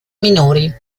minori